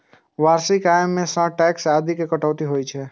वार्षिक आय मे सं टैक्स आदिक कटौती होइ छै